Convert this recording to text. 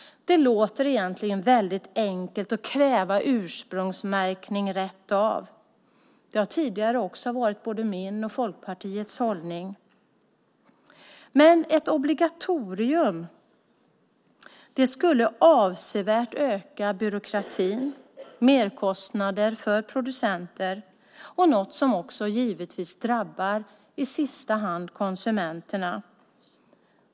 Det låter egentligen väldigt enkelt att kräva ursprungsmärkning rakt av. Det har också tidigare varit min och Folkpartiets hållning. Men ett obligatorium skulle avsevärt öka byråkratin och innebära merkostnader för producenter, vilket givetvis i sista hand skulle drabba konsumenterna.